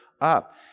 up